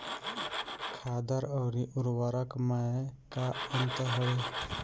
खादर अवरी उर्वरक मैं का अंतर हवे?